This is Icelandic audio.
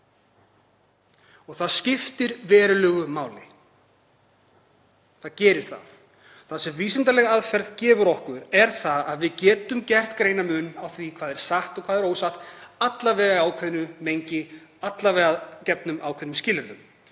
Og það skiptir verulegu máli, það gerir það. Það sem vísindaleg aðferð gefur okkur er að við getum gert greinarmun á því hvað er satt og hvað er ósatt, alla vega í ákveðnu mengi, alla vega að gefnum ákveðnum skilyrðum.